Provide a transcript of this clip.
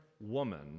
woman